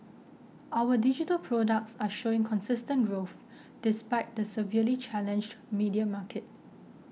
our digital products are showing consistent growth despite the severely challenged media market